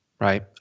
Right